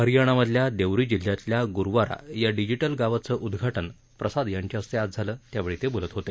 हरयाणामधल्या रेवरी जिल्ह्यातल्या गुरवारा या डिजिटल गावांचं उद्वाटन प्रसाद यांच्याहस्ते झालं त्यावेळी ते बोलत होते